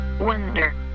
Wonder